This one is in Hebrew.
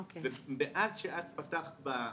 מאז שאת פתחת,